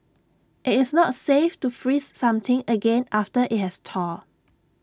IT is not safe to freeze something again after IT has thawed